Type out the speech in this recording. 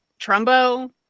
Trumbo